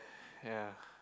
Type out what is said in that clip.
ya